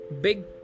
big